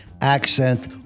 accent